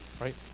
right